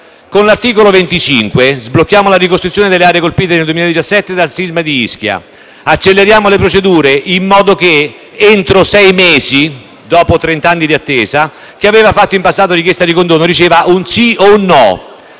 Con l’articolo 25 sblocchiamo la ricostruzione delle aree colpite nel 2017 dal sisma di Ischia: acceleriamo le procedure in modo che entro sei mesi, dopo trent’anni di attesa, chi aveva fatto in passato richiesta di condono riceva un sì o un no.